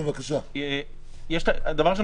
דבר ראשון,